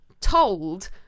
told